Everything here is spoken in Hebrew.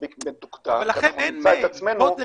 הכול שהם פועלים לשם כך ואנחנו נמשיך ונעקוב אחרי זה.